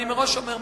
אני מראש אומר,